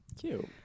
Cute